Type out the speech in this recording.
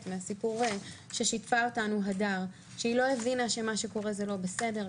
מהסיפור ששיתפה אותנו בו הדר היא לא הבינה שמה שקורה זה לא בסדר,